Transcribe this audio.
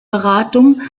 beratung